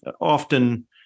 often